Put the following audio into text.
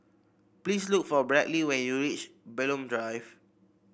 please look for Bradly when you reach Bulim Drive